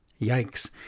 Yikes